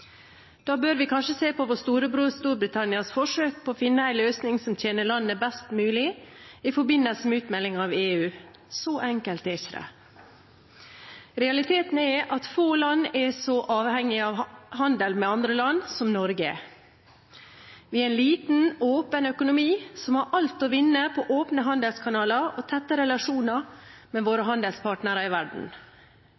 Da bør vi kanskje se på vår storebror Storbritannias forsøk på å finne en løsning som tjener landet best mulig, i forbindelse med utmeldingen av EU. Så enkelt er det ikke. Realiteten er at få land er så avhengig av handel med andre land som det Norge er. Vi er en liten, åpen økonomi som har alt å vinne på åpne handelskanaler og tette relasjoner med våre